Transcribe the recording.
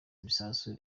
ibisasu